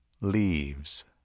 leaves